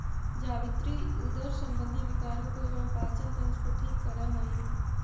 जावित्री उदर संबंधी विकारों को एवं पाचन तंत्र को ठीक करअ हई